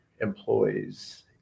employees